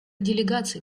делегаций